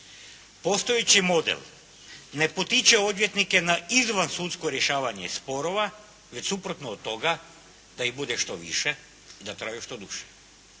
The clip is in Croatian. postojeći model ne potiče odvjetnike na izvansudsko rješavanje sporova već suprotno od toga da ih bude što više i da traju što duže.